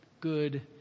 good